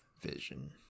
vision